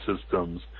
systems